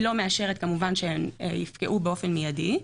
אם היא לא מאשרת אז כמובן שהם יפקעו באופן מיידי.